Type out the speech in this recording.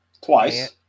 twice